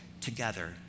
together